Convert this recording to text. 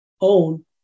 own